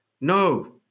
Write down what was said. no